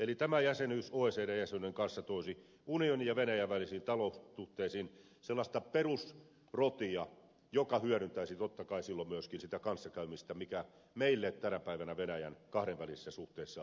eli tämä jäsenyys oecd jäsenyyden kanssa toisi unionin ja venäjän välisiin taloussuhteisiin sellaista perusrotia joka hyödyntäisi totta kai silloin myöskin sitä kanssakäymistä mikä meille tänä päivänä venäjän kahdenvälisissä suhteissa on olennaista